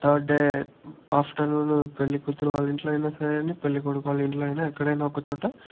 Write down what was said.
third day afternoon పెళ్ళికూతురు వాళ్ళ ఇంట్లో అయినా సరే పెళ్ళి కొడుకు వాళ్ళ ఇంట్లో అయినా ఎక్కడైనా ఒక చోట